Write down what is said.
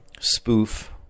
spoof